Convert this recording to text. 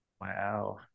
Wow